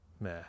Meh